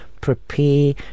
Prepare